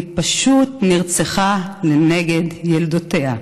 והיא פשוט נרצחה לנגד עיני ילדותיה.